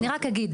אני רק אגיד,